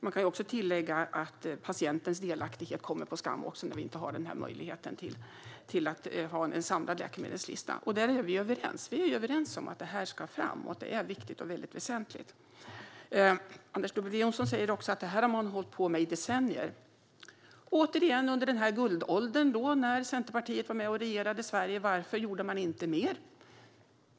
Man kan tillägga att patientens delaktighet kommer på skam när vi inte har möjligheten att ha en samlad läkemedelslista. Där är vi överens; vi är överens om att det här ska fram och att det är viktigt och väsentligt. Anders W Jonsson säger också att det här har man hållit på med i decennier. Återigen: Under den här guldåldern när Centerpartiet var med och regerade Sverige, varför gjorde man inte mer?